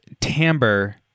timbre